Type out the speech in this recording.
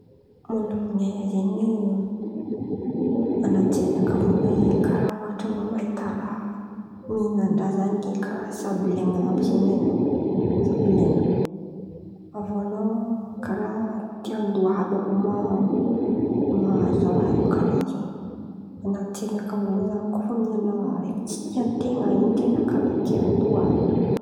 Monamon̈ainy zen̈y, an̈aty jerinakà vônaloan̈y karàha ohatra oe mahita raha, mihin̈an-draha de karàha sabolain̈y àby zen̈y an̈ao, sabolain̈y. Avy eo an̈ao karàha te andoha àby mahazo raha io, karàha zen̈y an̈aty jerinakà vônaloan̈y kô fa mihin̈ana raha tsy tian-ten̈a in̈y an-ten̈a karàha te andoha àby.